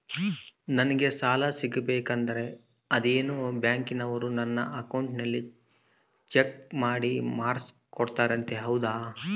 ನಂಗೆ ಸಾಲ ಸಿಗಬೇಕಂದರ ಅದೇನೋ ಬ್ಯಾಂಕನವರು ನನ್ನ ಅಕೌಂಟನ್ನ ಚೆಕ್ ಮಾಡಿ ಮಾರ್ಕ್ಸ್ ಕೊಡ್ತಾರಂತೆ ಹೌದಾ?